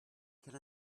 can